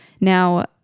Now